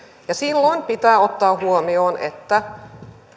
ja silloin pitää ottaa huomioon että